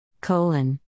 colon